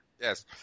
Yes